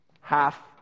half